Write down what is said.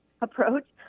approach